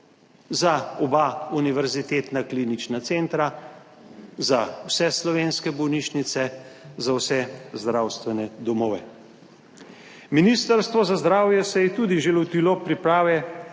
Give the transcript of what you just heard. za oba univerzitetna klinična centra, za vse slovenske bolnišnice, za vse zdravstvene domove. Ministrstvo za zdravje se je tudi že lotilo priprave